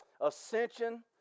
ascension